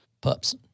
Pups